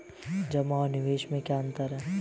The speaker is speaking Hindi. जमा और निवेश में क्या अंतर है?